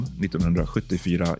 1974